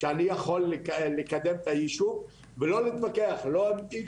שאני יכול לקדם את היישוב ולא להתווכח לא על X